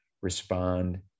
respond